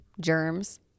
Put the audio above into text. germs